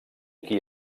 qui